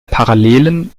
parallelen